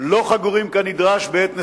לא חגורים כנדרש בעת נסיעתם.